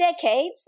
decades